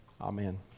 Amen